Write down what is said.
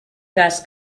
cas